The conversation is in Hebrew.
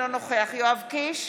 אינו נוכח יואב קיש,